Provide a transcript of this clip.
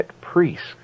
priests